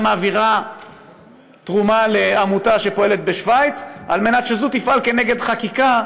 מעבירה תרומה לעמותה שפועלת בשווייץ כדי שזו תפעל נגד חקיקה